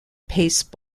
pace